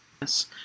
Yes